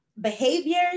behaviors